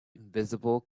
invisible